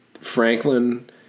Franklin